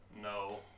no